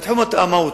בתחום המהותי,